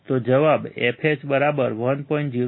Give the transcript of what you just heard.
તો જવાબ fh1